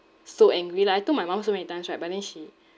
so angry lah I told my mum so many times right but then she